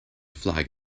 flag